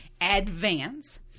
advance